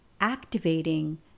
activating